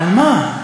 על מה?